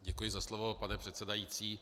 Děkuji za slovo, pane předsedající.